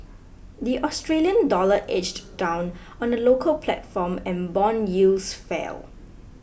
the Australian dollar edged down on the local platform and bond yields fell